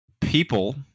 people